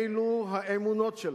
אלו האמונות שלה.